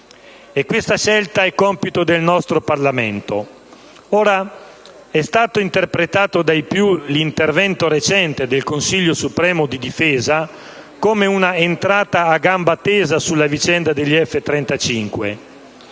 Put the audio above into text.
questa scelta è compito del nostro Parlamento. Ora, è stato interpretato dai più l'intervento recente del Consiglio supremo di difesa come una entrata a gamba tesa sulla vicenda degli F-35.